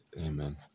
Amen